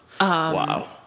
Wow